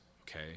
okay